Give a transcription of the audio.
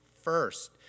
first